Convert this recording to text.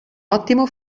ottimo